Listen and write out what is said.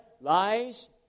lies